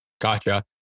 Gotcha